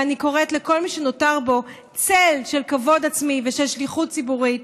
ואני קוראת לכל מי שנותר בו צל של כבוד עצמי ושליחות ציבורית: